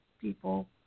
people